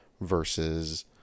versus